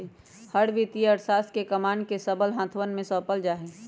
हर वित्तीय अर्थशास्त्र के कमान के सबल हाथवन में सौंपल जा हई